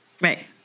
Right